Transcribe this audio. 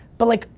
but like,